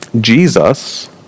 Jesus